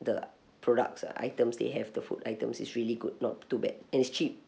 the products or items they have the food items is really good not too bad and it's cheap